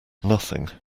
nothing